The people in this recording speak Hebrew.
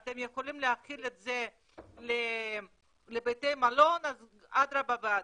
אתם יכולים להחיל את זה בבתי מלון אז אדרבא ואדרבא.